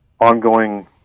ongoing